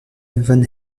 von